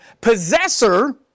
possessor